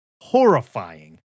horrifying